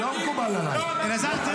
לא אמרתי "שקרן", אמרתי "משקר".